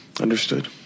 Understood